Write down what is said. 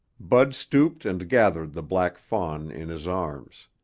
bud stooped and gathered the black fawn in his arms.